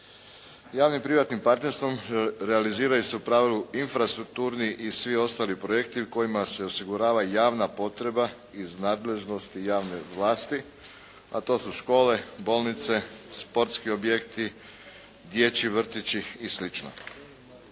Javno-privatnim partnerstvom realiziraju se u pravilu infrastrukturni i svi ostali projekti kojima se osigurava javna potreba iz nadležnosti javne vlasti a to su: škole, bolnice, sportski objekti, dječji vrtići i